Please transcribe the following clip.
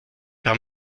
par